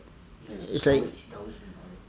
it's like